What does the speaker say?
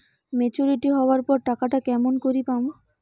Maturity হবার পর টাকাটা কেমন করি পামু?